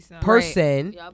person